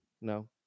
No